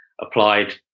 applied